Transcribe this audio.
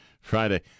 Friday